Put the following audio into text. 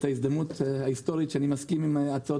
ההזדמנות ההיסטורית שאני מסכים עם הצעות